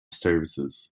services